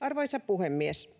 Arvoisa puhemies!